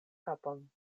kapon